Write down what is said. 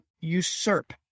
usurp